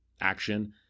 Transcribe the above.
action